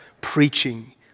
preaching